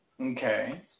Okay